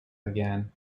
again